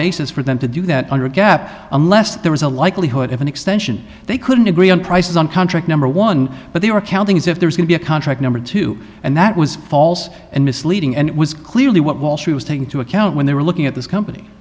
basis for them to do that under gap unless there was a likelihood of an extension they couldn't agree on prices on contract number one but they were counting as if there's going be a contract number two and that was false and misleading and it was clearly what wall street was taking into account when they were looking at this company